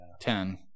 Ten